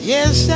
Yes